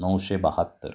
नऊशे बाहत्तर